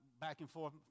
back-and-forth